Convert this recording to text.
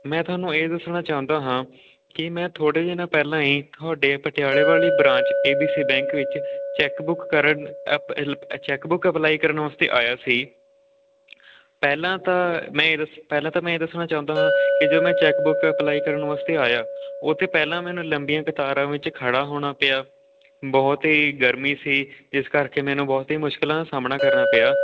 ਮੈਂ ਤੁਹਾਨੂੰ ਇਹ ਦੱਸਣਾ ਚਾਹੁੰਦਾ ਹਾਂ ਕਿ ਮੈਂ ਥੋੜ੍ਹੇ ਦਿਨ ਪਹਿਲਾਂ ਹੀ ਤੁਹਾਡੇ ਪਟਿਆਲੇ ਵਾਲੀ branch A B C bank ਵਿੱਚ ਚੈੱਕ ਬੁੱਕ ਕਰਨ ਚੈੱਕ ਬੁੱਕ ਅਪਲਾਈ ਕਰਨ ਵਾਸਤੇ ਆਇਆ ਸੀ ਪਹਿਲਾਂ ਤਾਂ ਮੈਂ ਇਹ ਦਸ ਪਹਿਲਾਂ ਤਾਂ ਮੈਂ ਇਹ ਦੱਸਣਾ ਚਾਹੁੰਦਾ ਹਾਂ ਕਿ ਜਦੋਂ ਮੈਂ ਚੈੱਕ ਬੁੱਕ ਅਪਲਾਈ ਕਰਨ ਵਾਸਤੇ ਆਇਆ ਉੱਥੇ ਪਹਿਲਾਂ ਮੈਨੂੰ ਲੰਬੀਆਂ ਕਤਾਰਾਂ ਵਿੱਚ ਖੜ੍ਹਾ ਹੋਣਾ ਪਿਆ ਬਹੁਤ ਹੀ ਗਰਮੀ ਸੀ ਜਿਸ ਕਰਕੇ ਮੈਨੂੰ ਬਹੁਤ ਹੀ ਮੁਸ਼ਕਿਲਾਂ ਦਾ ਸਾਹਮਣਾ ਕਰਨਾ ਪਿਆ